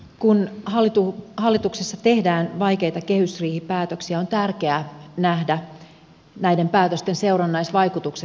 kun hallituksessa tehdään vaikeita kehysriihipäätöksiä on tärkeää nähdä näiden päätösten seurannaisvaikutukset